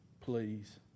please